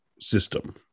system